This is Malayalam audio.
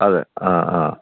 അതെ ആ ആ